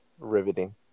Riveting